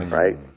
right